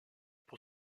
pour